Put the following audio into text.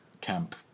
camp